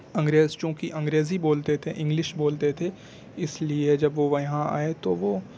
انگریز چونکہ انگریزی بولتے تھے انگلش بولتے تھے اس لیے جب وہ یہاں آئے تو وہ